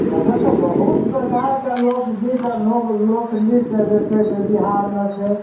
तखन तऽ बहुत प्रकारके लोकगीत आओर लोकनृत्य जे छै से बिहारमे छै